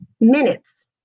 minutes